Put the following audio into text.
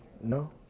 No